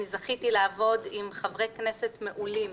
זכיתי לעבוד עם חברי כנסת מעולים